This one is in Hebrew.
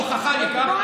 והבית הזה הוא ההוכחה לכך.